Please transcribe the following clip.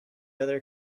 other